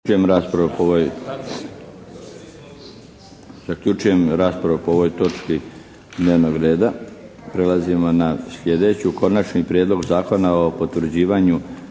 Zaključujem raspravu po ovoj točki dnevnog reda. **Šeks, Vladimir (HDZ)** Konačni prijedlog Zakona o potvrđivanju